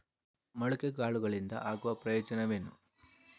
ಮೊಳಕೆ ಕಾಳುಗಳಿಂದ ಆಗುವ ಪ್ರಯೋಜನವೇನು?